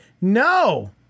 No